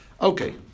Okay